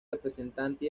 representante